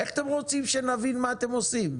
איך אתם רוצים שנבין מה אתם עושים?